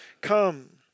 come